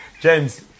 James